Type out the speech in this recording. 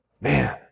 Man